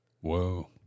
Whoa